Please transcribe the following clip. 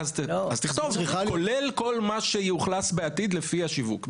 אז תכתוב כולל כל מה שיאוכלס בעתיד לפי השיווק.